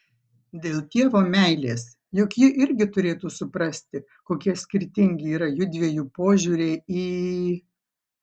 dėl dievo meilės juk ji irgi turėtų suprasti kokie skirtingi yra jųdviejų požiūriai į